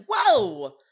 whoa